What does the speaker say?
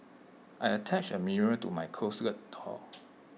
I attached A mirror to my closet door